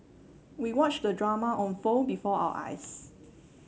we watched the drama unfold before our eyes